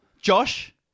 Josh